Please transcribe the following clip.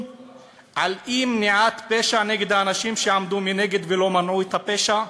על אי-מניעת פשע נגד האנשים שעמדו מנגד ולא מנעו את הפשע?